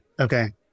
Okay